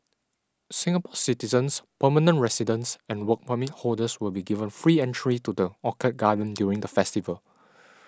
Singapore citizens permanent residents and Work Permit holders will be given free entry to the Orchid Garden during the festival